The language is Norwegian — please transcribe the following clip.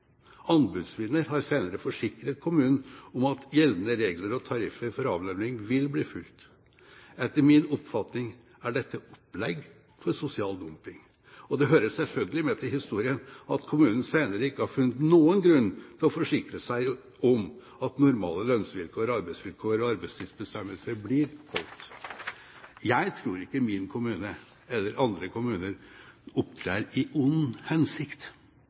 har senere forsikret kommunen om at gjeldende regler og tariffer for avlønning vil bli fulgt. Etter min oppfatning er dette opplegg for sosial dumping. Det hører selvfølgelig med til historien at kommunen senere ikke har funnet noen grunn til å forsikre seg om at normale lønns- og arbeidsvilkår og arbeidstidsbestemmelser blir overholdt. Jeg tror ikke at min kommune eller andre kommuner opptrer i ond hensikt.